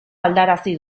aldarazi